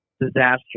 disaster